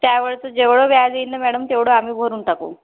त्यावेळेचं जेवढं व्याज येईल ना मॅडम तेवढं आम्ही भरून टाकू